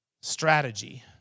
Strategy